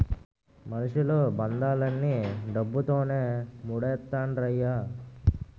మనుషులు బంధాలన్నీ డబ్బుతోనే మూడేత్తండ్రయ్య